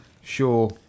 Sure